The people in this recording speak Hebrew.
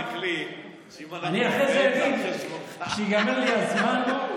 הוא החליט שאם אנחנו מפריעים זה על חשבונך.